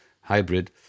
hybrid